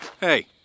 Hey